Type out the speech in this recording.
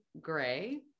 gray